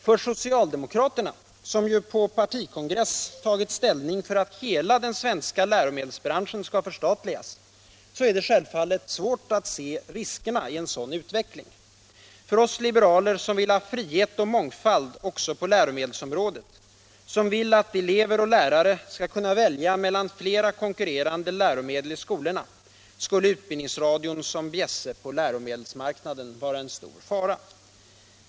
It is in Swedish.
För socialdemokraterna, som ju på sin partikongress tagit ställning för att hela den svenska läromedelsbranschen skall förstatligas, är det självfallet svårt att se riskerna i en sådan utveckling. För oss liberaler som vill ha frihet och mångfald också på läromedelsområdet och som vill att elever och lärare skall kunna välja mellan flera konkurrerande läromedel i skolorna skulle utbildningsradion som bjässe på läromedelsmarknaden vara en stor fara.